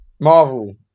Marvel